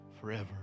forever